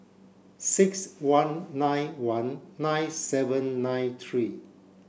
six one nine one nine seven nine three